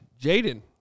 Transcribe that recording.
Jaden